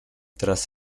tras